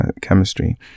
chemistry